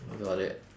got it